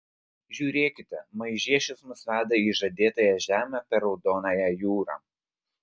žiūrėkite maižiešius mus veda į žadėtąją žemę per raudonąją jūrą